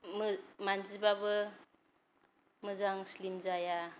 मानजिब्लाबो मोजां स्लिम जाया